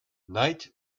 night